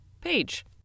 page